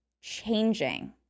changing